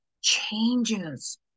changes